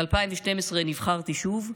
וב-2012 נבחרתי שוב,